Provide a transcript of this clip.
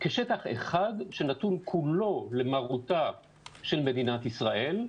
כשטח שנתון כולו למרותה של מדינת ישראל.